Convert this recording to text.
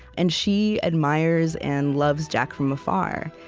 and she admires and loves jack from afar.